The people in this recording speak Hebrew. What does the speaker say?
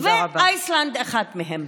איסלנד אחת מהן.